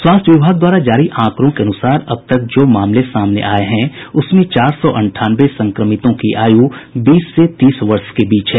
स्वास्थ्य विभाग द्वारा जारी आंकड़ों के अनुसार अब तक जो मामले सामने आये हैं उसमें चार सौ अंठानवे संक्रमितों की आयु बीस से तीस वर्ष के बीच है